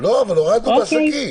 -- אמרו שברגע שאתה עומד בתו הסגול,